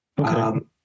Okay